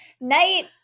Night